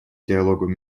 диалогу